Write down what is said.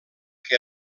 que